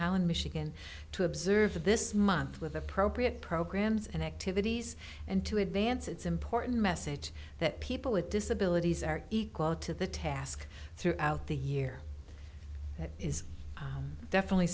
in michigan to observe this month with appropriate programs and activities and to advance it's important message that people with disabilities are equal to the task throughout the year that is definitely